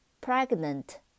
Pregnant